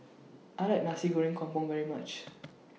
I like Nasi Goreng Kampung very much